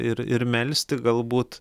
ir ir melsti galbūt